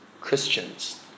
Christians